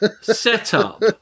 setup